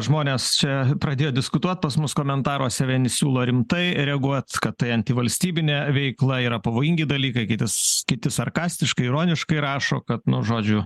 žmonės čia pradėjo diskutuot pas mus komentaruose vieni siūlo rimtai reaguot kad tai antivalstybinė veikla yra pavojingi dalykai kitas kiti s sarkastiškai ironiškai rašo kad nu žodžiu